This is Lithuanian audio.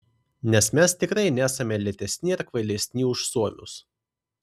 nes mes tikrai nesame lėtesni ar kvailesni už suomius